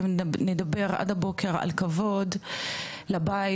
ונדבר עד הבוקר על כבוד לבית,